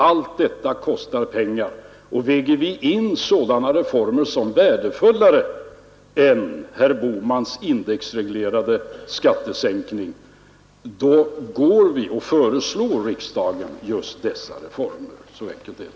Allt detta kostar pengar, och gör vi den avvägningen att vi bedömer sådana reformer som värdefullare än herr Bohmans indexreglerade skattesänkning, då föreslår vi riksdagen just dessa reformer. Så enkelt är det.